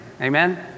Amen